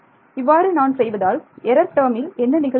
இவ்வாறு நான் செய்வதால் எரர் டேர்மில் என்ன நிகழுகிறது